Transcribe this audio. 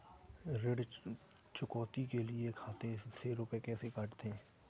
ऋण चुकौती के लिए खाते से रुपये कैसे कटते हैं?